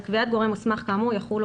על קביעת גורם מוסמך כאמור יחולו